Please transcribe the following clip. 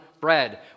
bread